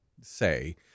say